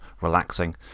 relaxing